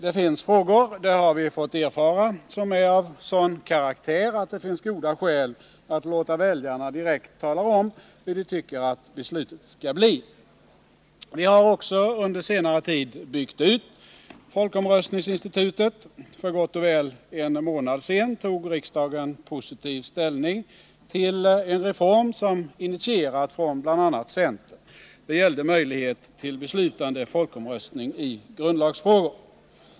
Det finns frågor — det har vi fått erfara — som är av sådan karaktär att det finns goda skäl att låta väljarna direkt tala om hur de tycker att beslutet skall bli. Vi har också under senare tid byggt ut folkomröstningsinstitutet. För gott och väl en månad sedan tog riksdagen positiv ställning till en reform som initierats från bl.a. centern. Det gällde möjlighet till beslutande folkomröstning i grundlagsfrågor.